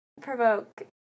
provoke